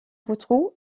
boutroux